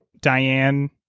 Diane